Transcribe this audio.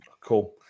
Cool